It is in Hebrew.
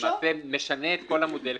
שלמעשה משנה את כל המודל,